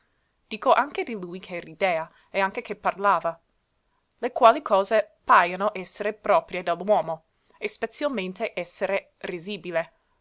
dico anche di lui che ridea e anche che parlava le quali cose paiono essere proprie de l'uomo e spezialmente essere risibile